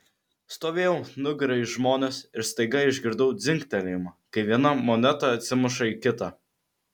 stovėjau nugara į žmones ir staiga išgirdau dzingtelėjimą kai viena moneta atsimuša į kitą